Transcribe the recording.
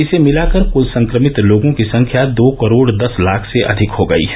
इसे मिलाकर कुल संक्रमित लोगों की संख्या दो करोड़ दस लाख से अधिक हो गई है